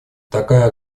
такая